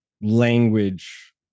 language